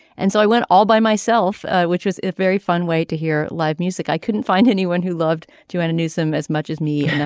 and so i went all by myself which was a very fun way to hear live music i couldn't find anyone who loved joanna newsom as much as me. yeah